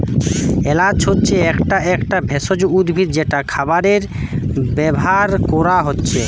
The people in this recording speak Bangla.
এলাচ হচ্ছে একটা একটা ভেষজ উদ্ভিদ যেটা খাবারে ব্যাভার কোরা হচ্ছে